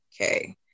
okay